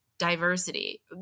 diversity